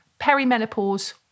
perimenopause